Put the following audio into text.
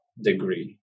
degree